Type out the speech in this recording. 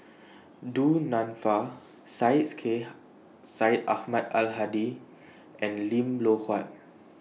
Du Nanfa Syed Sheikh Syed Ahmad Al Hadi and Lim Loh Huat